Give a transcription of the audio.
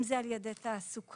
אם על ידי תעסוקה,